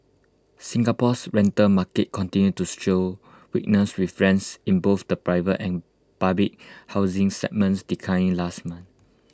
Singapore's rental market continued to show weakness with friends in both the private and public housing segments declining last month